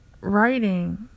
writing